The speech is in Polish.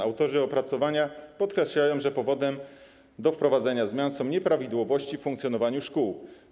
Autorzy opracowania podkreślają, że powodem wprowadzenia zmian są nieprawidłowości w funkcjonowaniu szkół.